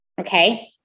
Okay